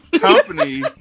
company